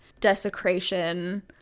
desecration